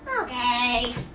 Okay